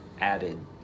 added